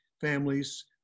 families